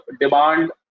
demand